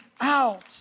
out